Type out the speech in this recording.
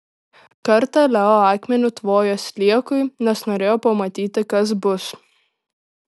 kartą leo akmeniu tvojo sliekui nes norėjo pamatyti kas bus